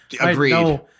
Agreed